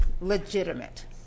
legitimate